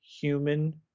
human